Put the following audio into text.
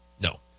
No